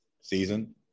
season